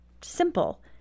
Simple